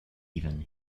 even